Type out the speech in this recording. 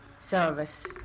service